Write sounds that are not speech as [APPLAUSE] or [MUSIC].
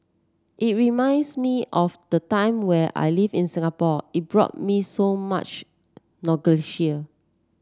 it reminds me of the time where I lived in Singapore it brought me so much [UNINTELLIGIBLE]